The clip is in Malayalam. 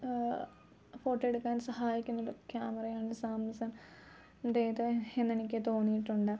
ഫോട്ടോ എടുക്കാൻ സഹായിക്കുന്നൊരു ക്യാമറയാണ് സാംസങ്ങിൻ്റേത് എന്നെനിക്ക് തോന്നിയിട്ടുണ്ട്